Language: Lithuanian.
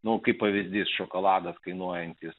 nu kaip pavyzdys šokolado kainuojantys